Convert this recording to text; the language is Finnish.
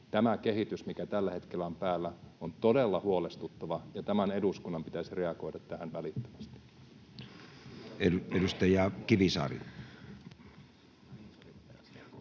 tämä kehitys, mikä tällä hetkellä on päällä, on todella huolestuttava, ja tämän eduskunnan pitäisi reagoida tähän välittömästi. [Jukka Gustafsson: